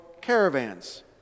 caravans